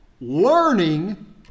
learning